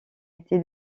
été